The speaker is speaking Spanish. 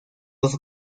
dos